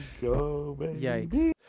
Yikes